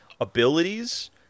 abilities